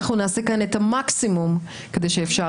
אנחנו נעשה כאן את המקסימום כדי שאפשר